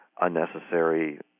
unnecessary